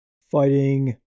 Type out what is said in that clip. fighting